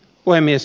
puhemies